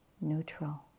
neutral